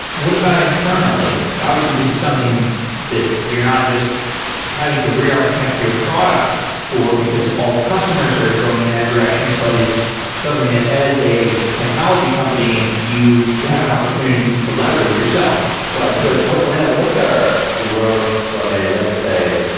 what about internally? obviously, this is something that you're not just having to re-architect your product for, because all the customers are going in that direction, but it's something that as a technology company, you have an opportunity to leverage yourself. right. so when i look at our growth from a let's say,